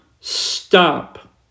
stop